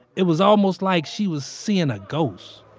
it was almost like she was seeing a ghost